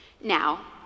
Now